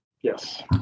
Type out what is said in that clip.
Yes